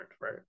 right